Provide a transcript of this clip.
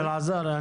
טוב אלעזר,